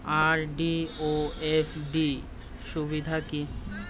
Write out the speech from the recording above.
RD ও FD র সুবিধা কি?